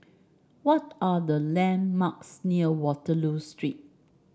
what are the landmarks near Waterloo Street